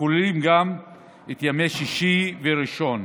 הכוללים גם את ימי שישי וראשון,